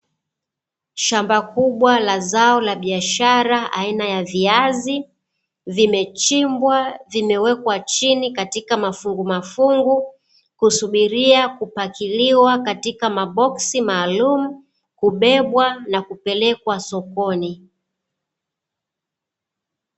Shamba kubwa la zao la biashara aina ya viazi, vimechimbwa, vimekweka chini katika mafungumafungu kusubiria kupakiliwa katika maboksi maalumu, kubebwa na kupelekwa sokoni.